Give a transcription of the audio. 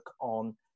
on